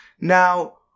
Now